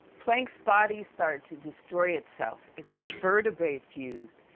planck's body start to destroy itself. it's vertebrae fused.